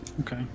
Okay